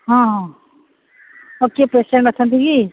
ହଁ କିଏ ପ୍ରେସିଡେଣ୍ଟ ଅଛନ୍ତି କି